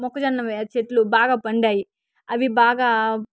మొక్కజొన్న చెట్ల బాగా పండాయి అవి బాగా